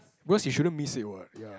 because he shouldn't miss it what